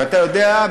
ואתה יודע,